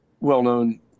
well-known